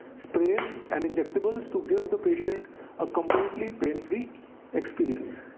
sprays and injectables to give the patient a completely pain free experience.